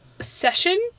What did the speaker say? Session